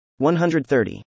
130